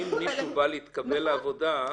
אם מישהו בא להתקבל לעבודה,